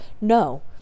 no